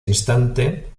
instante